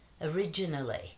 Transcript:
originally